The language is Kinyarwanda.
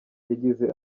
yagize